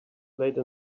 late